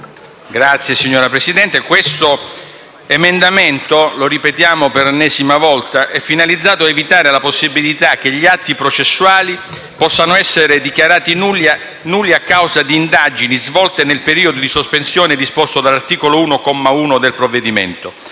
Signor Presidente, l'emendamento 1.5, lo ripetiamo per l'ennesima volta, è finalizzato ad evitare la possibilità che gli atti processuali possano essere dichiarati nulli a causa di indagini svolte nel periodo di sospensione disposto dall'articolo 1, comma 1, del provvedimento.